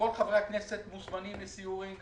כל חברי הכנסת מוזמנים לסיורים,